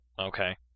Okay